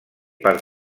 per